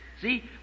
See